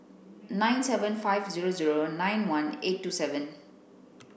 nine five zero zero nine one eight two seven